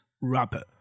rapper